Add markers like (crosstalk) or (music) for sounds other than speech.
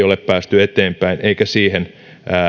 (unintelligible) ole päästy eteenpäin eikä siihen